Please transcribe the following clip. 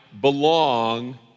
belong